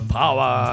power